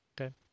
Okay